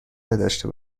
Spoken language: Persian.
نداشته